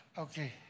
Okay